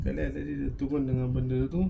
and then I said tukar dengan benda tu